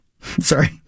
Sorry